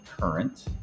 current